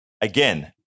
again